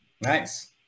nice